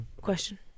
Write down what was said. Question